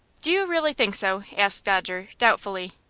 do you really think so? asked dodger, doubtfullly.